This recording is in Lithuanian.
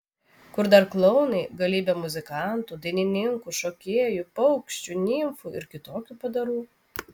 kur dar klounai galybė muzikantų dainininkų šokėjų paukščių nimfų ir kitokių padarų